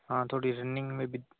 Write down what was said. हाँ थोड़ी रनिंग में भी